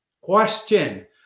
Question